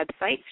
website